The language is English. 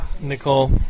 Nicole